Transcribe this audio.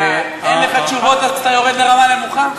אין לך תשובות אז אתה יורד לרמה נמוכה?